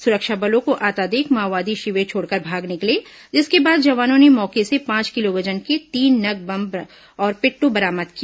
सुरक्षा बलों को आता देख माओवादी शिविर छोड़कर भाग निकले जिसके बाद जवानों ने मौके से पांच किलो वजन के तीन नग बम और पिट्ठू बरामद किया